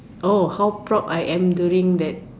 oh how proud I am during that